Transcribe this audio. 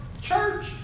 church